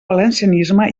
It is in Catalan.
valencianisme